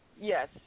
yes